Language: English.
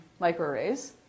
microarrays